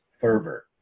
fervor